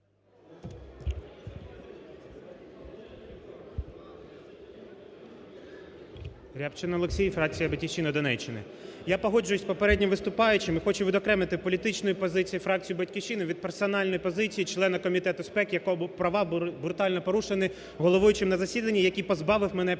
Рябчин Олексій, фракція "Батьківщина", Донеччина. Я погоджуюсь з попереднім виступаючим і хочу відокремити політичну позицію фракції "Батьківщина" від персональної позиції члена Комітету з ПЕК, якого права брутально порушені головуючим на засіданні, який позбавив мене